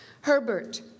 Herbert